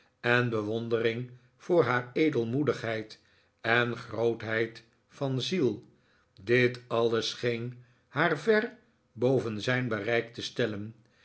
en bewondering voor haar edelmoedigheid en grootheid van ziel dit alles scheen haar ver boven zijn bereik te stellen